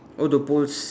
oh the poles